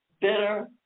bitter